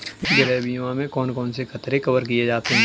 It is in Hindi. गृह बीमा में कौन कौन से खतरे कवर किए जाते हैं?